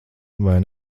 vai